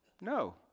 No